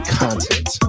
content